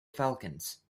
falcons